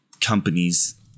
companies